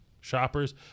shoppers